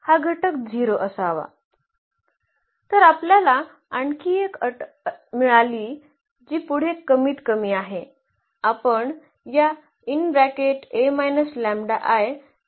तर आपल्याला आणखी एक अट मिळाली जी पुढे कमीत कमी आहे